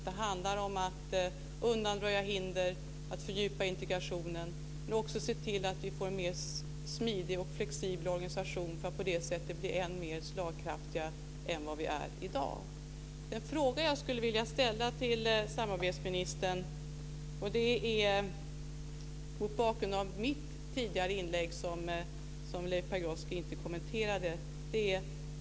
Det handlar om att undanröja hinder, att fördjupa integrationen men också att se till att vi får en mer smidig och flexibel organisation som är än mer slagkraftig än i dag. Mot bakgrund av mitt tidigare inlägg som Leif Pagrotsky inte kommenterade vill jag ställa en fråga till samarbetsministern.